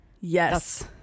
yes